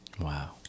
Wow